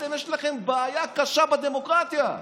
יש לכם בעיה קשה בדמוקרטיה,